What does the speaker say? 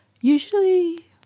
Usually